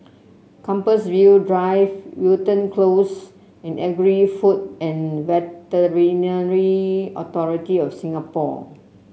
Compassvale Drive Wilton Close and Agri Food and Veterinary Authority of Singapore